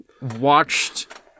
watched